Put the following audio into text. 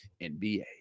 NBA